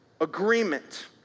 agreement